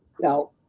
Now